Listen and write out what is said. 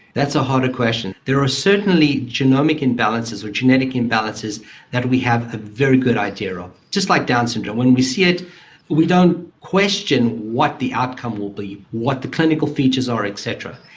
that's a harder question. there are certainly genomic imbalances or genetic imbalances that we have a very good idea of, just like down's syndrome, when we see it we don't question what the outcome will be, what the clinical features are et cetera.